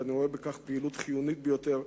ואני רואה בכך פעילות חיונית ביותר,